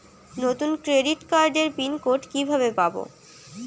নতুন ক্রেডিট কার্ডের pin code কিভাবে পাব?